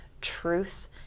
truth